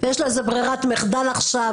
יש לו איזו ברירת מחדל עכשיו,